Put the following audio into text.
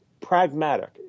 pragmatic